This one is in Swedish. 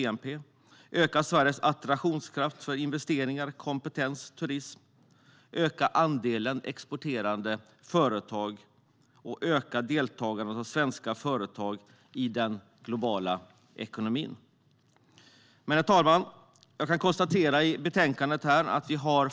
Vi behöver öka Sveriges attraktionskraft för investeringar, kompetens och turism, öka andelen exporterande företag och öka deltagandet av svenska företag i den globala ekonomin. Herr talman!